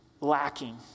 lacking